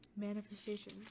manifestations